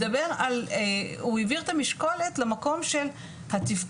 מדבר על הוא העביר את המשקולת למקום של התפקוד,